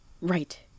Right